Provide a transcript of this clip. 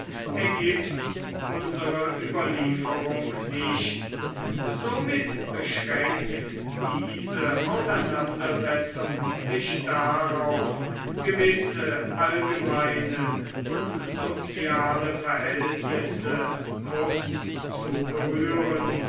ergibt unsere überlieferung nicht somit beschränkt diese auseinandersetzung sich darauf gewisse allgemeine und soziale verhältnisse kurz zu berühren